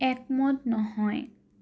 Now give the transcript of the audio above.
একমত নহয়